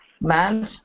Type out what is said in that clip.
man's